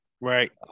right